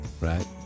right